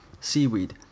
seaweed